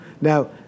Now